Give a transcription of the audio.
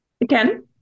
again